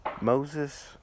Moses